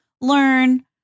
learn